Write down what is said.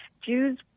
Jews